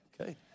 Okay